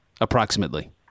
approximately